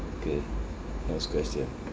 okay next question